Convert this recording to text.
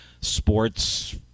sports